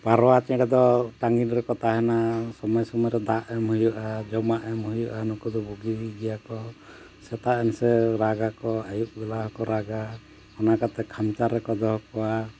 ᱯᱟᱨᱣᱟ ᱪᱮᱬᱮ ᱫᱚ ᱴᱟᱹᱜᱤᱱ ᱨᱮᱠᱚ ᱛᱟᱦᱮᱱᱟ ᱥᱚᱢᱚᱭ ᱥᱚᱢᱚᱭ ᱨᱮ ᱫᱟᱜ ᱮᱢ ᱦᱩᱭᱩᱜᱼᱟ ᱡᱚᱢᱟᱜ ᱮᱢ ᱦᱩᱭᱩᱜᱼᱟ ᱱᱩᱠᱩ ᱫᱚ ᱵᱩᱜᱤ ᱜᱮᱭᱟ ᱠᱚ ᱥᱮᱛᱟᱜ ᱮᱱ ᱥᱮ ᱨᱟᱜ ᱟᱠᱚ ᱟᱹᱭᱩᱵ ᱵᱮᱞᱟ ᱦᱚᱸᱠᱚ ᱨᱟᱜᱟ ᱚᱱᱟ ᱠᱟᱛᱮ ᱠᱷᱟᱧᱪᱟ ᱨᱮᱠᱚ ᱫᱚᱦᱚ ᱠᱚᱣᱟ